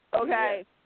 Okay